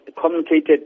communicated